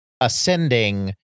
ascending